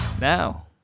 Now